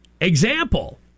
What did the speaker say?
example